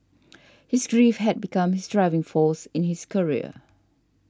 his grief had become his driving force in his career